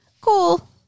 Cool